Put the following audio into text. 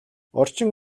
орчин